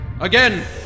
Again